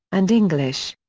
and english.